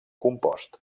compost